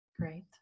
Great